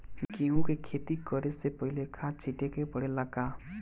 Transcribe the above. गेहू के खेती करे से पहिले खाद छिटे के परेला का?